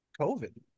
covid